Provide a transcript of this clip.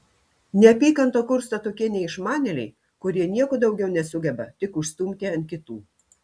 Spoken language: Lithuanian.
neapykantą kursto tokie neišmanėliai kurie nieko daugiau nesugeba tik užstumti ant kitų